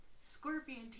Scorpion